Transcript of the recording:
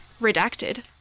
Redacted